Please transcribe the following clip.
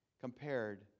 compared